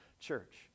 Church